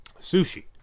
sushi